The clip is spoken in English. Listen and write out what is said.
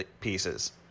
pieces